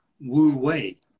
wu-wei